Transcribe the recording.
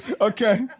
Okay